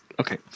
Okay